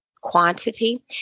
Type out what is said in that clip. quantity